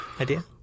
idea